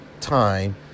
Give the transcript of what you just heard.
time